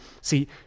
See